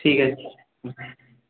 ঠিক আছে হুম